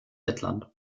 lettland